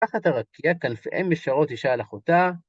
תחת הרקיע, כנפיהם ישרות, אישה אל אחותה.